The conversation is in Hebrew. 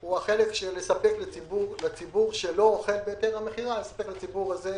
הוא לספק לציבור שלא אוכל בהיתר המכירה מוצרים